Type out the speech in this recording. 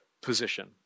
position